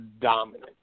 dominant